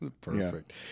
Perfect